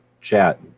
chat